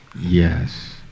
yes